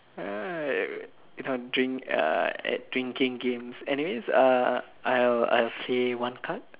you don't drink uh at drinking games anyways err I'll I play one card